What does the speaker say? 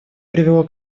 привело